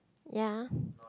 ya